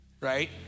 right